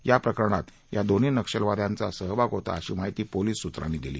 याप्रकरणात या दोन्ही नक्षलवाद्यांचा सहभाग होता अशी माहिती पोलीस सूत्रांनी दिली